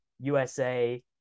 USA